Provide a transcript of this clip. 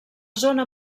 zona